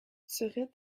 serait